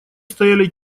стояли